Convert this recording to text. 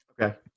Okay